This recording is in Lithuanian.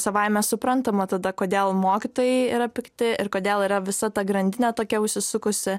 savaime suprantama tada kodėl mokytojai yra pikti ir kodėl yra visa ta grandinė tokia užsisukusi